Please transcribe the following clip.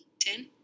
ten